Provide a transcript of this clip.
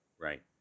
right